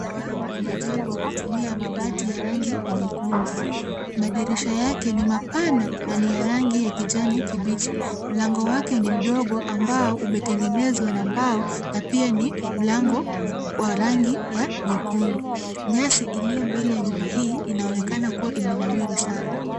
Nyumba imejengwa kutumia mabati ya rangi ya nyekundu. Madirisha yake ni mapana na ni ya rangi ya kijani kibichi. Mlango wake ni mdogo ambao umetengenezwa na mbao na pia ni mlango wa rangi ya nyekundu. Nyasi iliyo mbele ya nyumba hii inaonekana kuwa imenawiri sana.